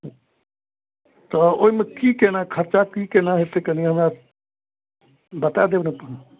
तऽ ओहिमे कि कोना खरचा कि कोना हेतै कनि हमरा बता देब ने